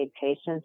patients